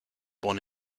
born